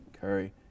Curry